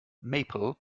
maple